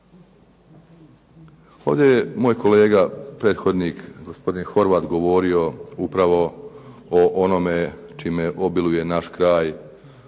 Ovdje je moj kolega prethodnik, gospodin Horvat, govorio upravo o onome čime obiluje naš kraj